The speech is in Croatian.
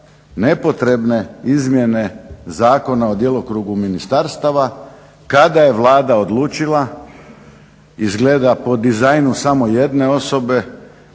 nepotrebne izmjene Zakona o djelokrugu ministarstava kada je Vlada odlučila izgleda po dizajnu samo jedne osobe